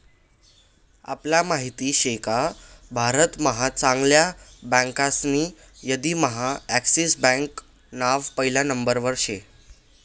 आपले माहित शेका भारत महा चांगल्या बँकासनी यादीम्हा एक्सिस बँकान नाव पहिला नंबरवर शे